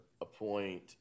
appoint